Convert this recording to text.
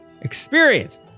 experience